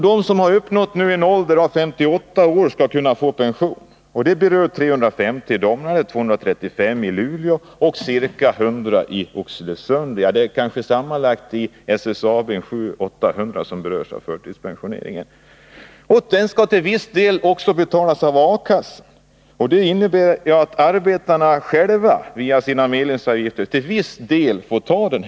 De som uppnått en ålder av 58 år skall kunna få pension, och detta berör 350 i Domnarvet, 235 i Luleå och ca 100 i Oxelösund. Sammanlagt inom SSAB är det kanske 700-800 personer som berörs av förtidspensioneringen. Den skall till viss del betalas av A-kassan. Det innebär att arbetarna själva genom sina medlemsavgifter till viss del får ta smällen.